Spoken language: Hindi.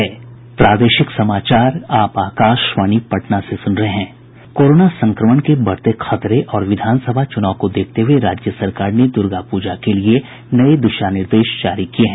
कोरोना संक्रमण के बढ़ते खतरे और विधानसभा चुनाव को देखते हुए राज्य सरकार ने दुर्गापूजा के लिए नये दिशा निर्देश जारी किये हैं